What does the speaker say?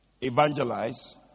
evangelize